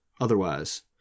otherwise